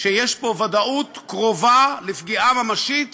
שיש פה ודאות קרובה לפגיעה ממשית